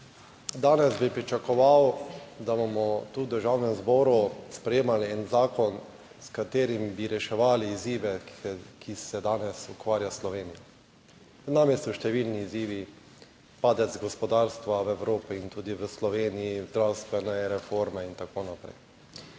danes bi pričakoval, da bomo tu v Državnem zboru sprejemali zakon, s katerim bi reševali izzive, s katerimi se danes ukvarja Slovenija. Pred nami so številni izzivi, padec gospodarstva v Evropi in tudi v Sloveniji, zdravstvene reforme in tako naprej.